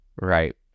Right